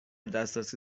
دسترسی